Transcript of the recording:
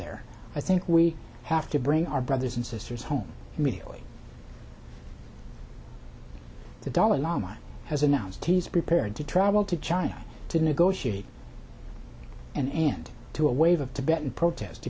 there i think we have to bring our brothers and sisters home immediately the dalai lama has announced he's prepared to travel to china to negotiate an end to a wave of tibetan protest